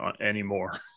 anymore